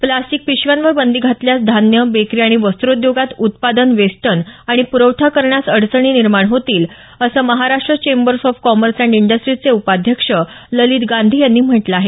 plastic पिशव्यांवर बंदी घातल्यास धान्य बेकरी आणि वस्त्रोद्योगात उत्पादन वेष्टन आणि पुरवठा करण्यास अडचणी निर्माण होतील असं Maharashtra chambers of commerce and इंडस्टीजचे उपाध्यक्ष ललित गांधी यांनी म्हटलं आहे